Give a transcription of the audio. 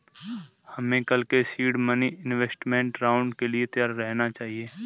हमें कल के सीड मनी इन्वेस्टमेंट राउंड के लिए तैयार रहना चाहिए